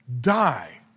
die